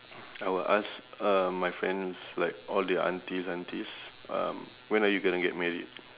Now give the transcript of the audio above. I will ask uh my friends like all their aunties aunties um when are you gonna get married